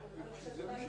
הם לא